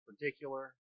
particular